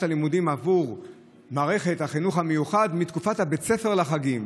הלימודים עבור מערכת החינוך המיוחד מתקופת בית הספר לחגים.